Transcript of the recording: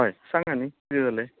हय सांगा न्ही किदें जालें